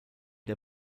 der